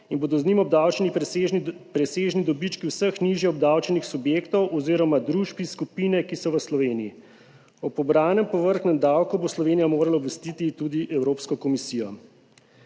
in bodo z njim obdavčeni presežni dobički vseh nižje obdavčenih subjektov oziroma družb iz skupine, ki so v Sloveniji. O pobranem povrhnjem davku bo Slovenija morala obvestiti tudi Evropsko komisijo.